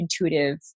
intuitive